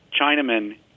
Chinaman